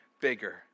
bigger